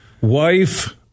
wife